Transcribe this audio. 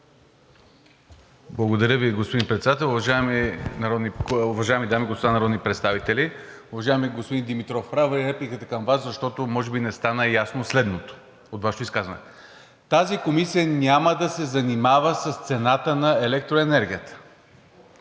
Благодаря Ви, господин Председател. Уважаеми дами и господа народни представители! Уважаеми господин Димитров, правя репликата към Вас, защото може би не стана ясно следното от Вашето изказване: тази комисия няма да се занимава с цената на електроенергията,